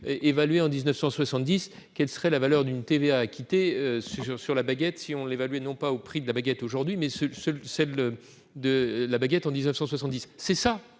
évalué en 1970 quelle serait la valeur d'une TVA acquittée sur sur la baguette, si on l'évaluer, non pas au prix de la baguette aujourd'hui mais ce ce, celle de la baguette en 1970 c'est ça,